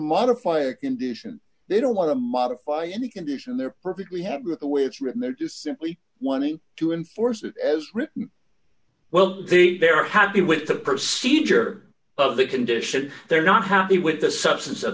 modify a condition they don't want to modify any condition they're perfectly happy with the way it's written they're just simply wanting to enforce it as well there have been with to proceed here of the condition they're not happy with the substance of